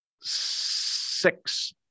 six